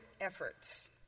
efforts